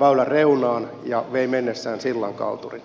väylän reunaan ja vei mennessään sillan kalturin